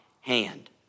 hand